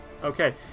Okay